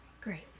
Great